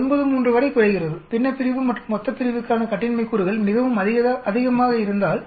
93 வரை குறைகிறது பின்னப்பிரிவு மற்றும் மொத்தப்பிரிவுக்கான கட்டின்மை கூறுகள் மிகவும் அதிகமாக இருந்தால்